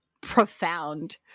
profound